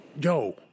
yo